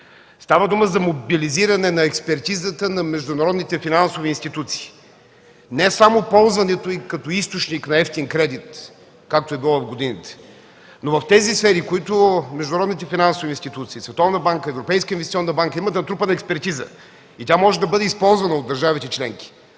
Става дума за мобилизиране на експертизата на международните финансови институции – не само ползването й като източник на евтин кредит, както е било в годините, но в тези сфери, където международните финансови институции – Световна банка, Европейска инвестиционна банка имат натрупана експертиза и тя може да бъде използвана от държавите членки